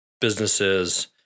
businesses